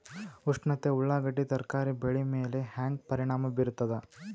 ಉಷ್ಣತೆ ಉಳ್ಳಾಗಡ್ಡಿ ತರಕಾರಿ ಬೆಳೆ ಮೇಲೆ ಹೇಂಗ ಪರಿಣಾಮ ಬೀರತದ?